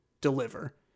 deliver